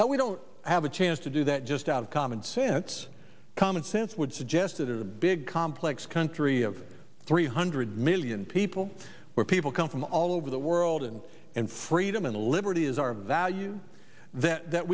that we don't have a chance to do that just out of common sense common sense would suggest it is a big complex country of three hundred million people where people come from all over the world and and freedom and liberty is our value that